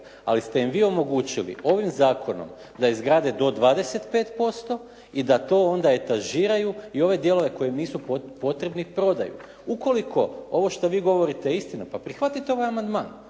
Ali ste im vi omogućili ovim zakonom da izgrade do 25% i da to onda etažiraju i ove dijelove koji im nisu potrebni prodaju. Ukoliko ovo što vi govorite je istina pa prihvatite ovaj amandman.